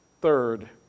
Third